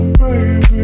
baby